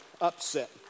upset